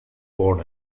born